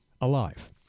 alive